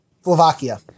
Slovakia